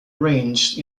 arranged